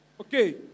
Okay